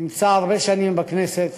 אני נמצא הרבה שנים בכנסת,